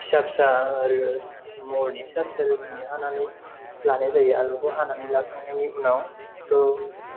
फिसा फिसा महरनि फिसा फिसा रोखोमनि हानानै लानाय जायो आलुखौ हानानै लाखांनायनि उनाव बेखौ